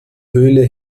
höhle